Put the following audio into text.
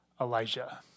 Elijah